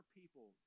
people